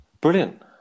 Brilliant